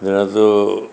ഇതിനകത്ത്